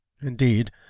Indeed